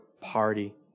party